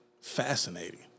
fascinating